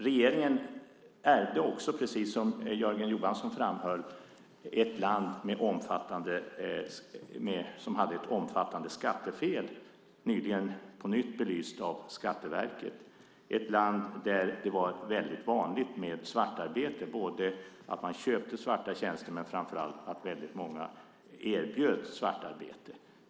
Regeringen ärvde ett land med ett omfattande skattefel, precis som Jörgen Johansson framhöll. Nyligen belystes det på nytt av Skatteverket. Regeringen ärvde ett land där det var väldigt vanligt med svartarbete och att man köpte svarta tjänster, men framför allt var det väldigt många som erbjöd svartarbete.